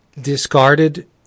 discarded